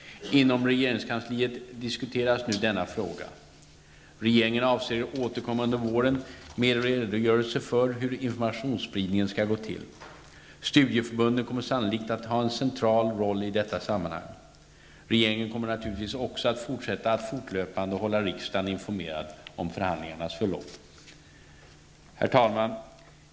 Inom regeringskansliet diskuteras nu denna fråga. Regeringen avser att återkomma under våren med en redogörelse för hur informationsspridningen skall gå till. Studieförbunden kommer sannolikt att ha en central roll i detta sammanhang. Regeringen kommer naturligtvis också att fortsätta att fortlöpande hålla riksdagen informerad om förhandlingarnas förlopp. Herr talman!